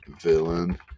villain